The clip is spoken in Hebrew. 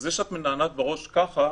זה שאת מנענעת בראש ככה,